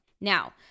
Now